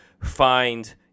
find